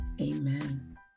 Amen